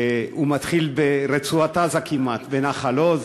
הוא מתחיל כמעט ברצועת-עזה, בנחל-עוז,